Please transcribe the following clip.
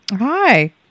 hi